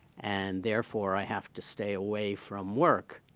and therefore i have to stay away from work.